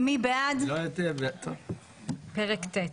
פרק ט'.